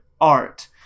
art